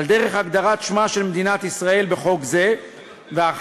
על דרך הגדרת שמה של מדינת ישראל בחוק זה והרחבת